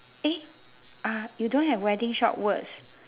eh ah you don't have wedding shop words